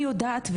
אני יודעת,